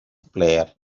player